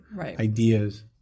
ideas